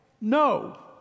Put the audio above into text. No